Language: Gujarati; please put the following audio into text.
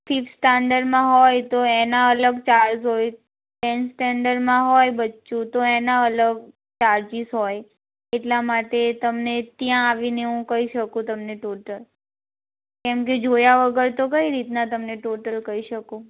ફિફ્થ સ્ટાન્ડર્ડમાં હોય તો એના અલગ ચાર્જ હોય ટેંથ સ્ટેન્ડર્ડમાં હોય બચ્ચું તો એના અલગ ચાર્જિસ હોય એટલા માટે તમને ત્યાં આવીને હું કહી શકું તમને ટોટલ કેમકે જોયા વગર તો કઈ રીતના તમને ટોટલ કહી શકું